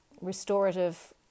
restorative